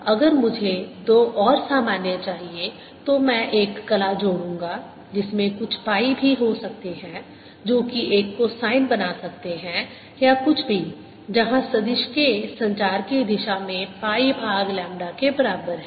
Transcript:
और अगर मुझे दो और सामान्य चाहिए तो मैं एक कला जोड़ूंगा जिसमें कुछ पाई भी हो सकते हैं जो कि एक कोसाइन बना सकते हैं या कुछ भी जहाँ सदिश k संचार की दिशा में पाई भाग लैम्ब्डा के बराबर है